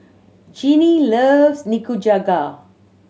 Jeanne loves Nikujaga